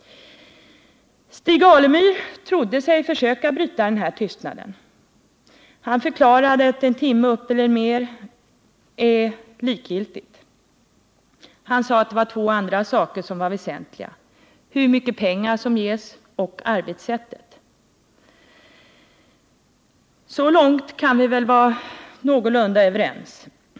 Stig Alemyr trodde sig bryta denna tystnad. Han förklarade att en timme mer eller mindre i ett viss ämne är likgiltigt. Han sade att det var två andra saker som var väsentliga — hur mycket pengar som ges och arbetssättet. Så långt kan vi väl vara någorlunda överens.